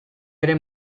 ere